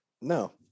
No